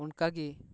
ᱚᱱᱠᱟᱜᱮ